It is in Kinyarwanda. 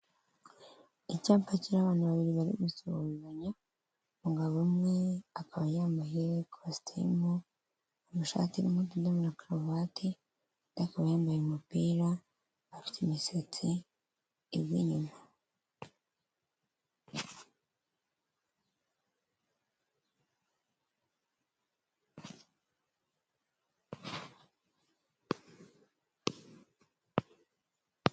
Icyapa kiriho abantu babiri bari gusuzanya umugabo umwe akaba yambayeye kositimu, ishati irimo utudomo na karuvati, undi akaba yambaye umupira, afite imisatsi igwa inyuma.